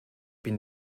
been